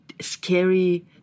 scary